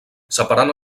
separant